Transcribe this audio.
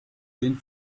den